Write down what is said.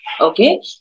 Okay